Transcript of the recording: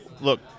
Look